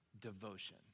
devotion